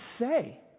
say